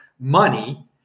money